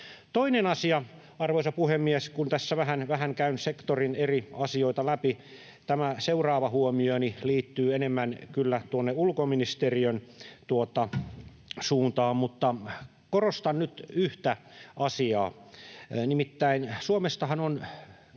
Toinen asia, arvoisa puhemies, kun tässä vähän käyn sektorin eri asioita läpi: Tämä seuraava huomioni liittyy enemmän kyllä tuonne ulkoministeriön suuntaan, mutta korostan nyt yhtä asiaa. Nimittäin Suomestahan on